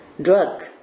drug